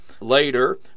later